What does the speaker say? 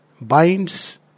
binds